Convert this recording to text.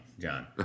John